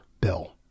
bill